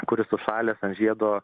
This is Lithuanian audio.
kuris sušalęs ant žiedo